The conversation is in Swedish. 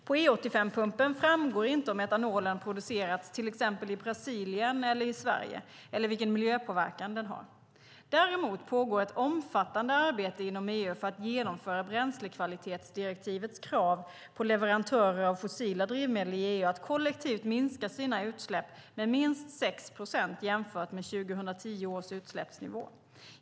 På E85-pumpen framgår inte om etanolen har producerats till exempel i Brasilien eller i Sverige eller vilken miljöpåverkan den har. Däremot pågår ett omfattande arbete inom EU för att genomföra bränslekvalitetsdirektivets krav på leverantörer av fossila drivmedel i EU att kollektivt minska sina utsläpp med minst 6 procent jämfört med 2010 års utsläppsnivå.